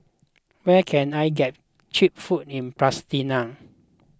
where can I get Cheap Food in Pristina